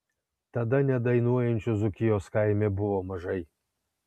tada nedainuojančių dzūkijos kaime buvo mažai